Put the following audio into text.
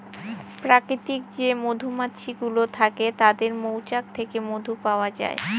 প্রাকৃতিক যে মধুমাছি গুলো থাকে তাদের মৌচাক থেকে মধু পাওয়া যায়